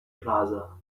plaza